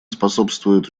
способствует